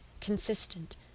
consistent